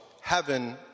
heaven